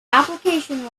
application